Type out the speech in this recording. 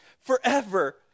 forever